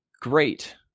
great